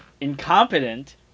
incompetent